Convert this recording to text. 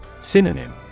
Synonym